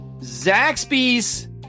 Zaxby's